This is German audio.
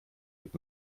mit